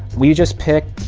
we just pick,